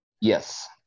Yes